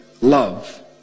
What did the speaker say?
love